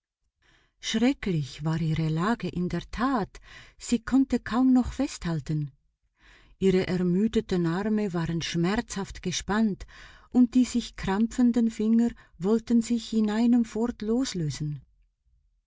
schrecklich war ihre lage in der tat sie konnte kaum noch festhalten ihre ermüdeten arme waren schmerzhaft gespannt und die sich krampfenden finger wollten sich an einem fort loslösen